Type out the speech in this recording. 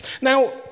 Now